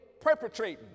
perpetrating